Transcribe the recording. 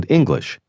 English